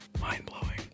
mind-blowing